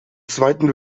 zweiten